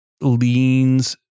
leans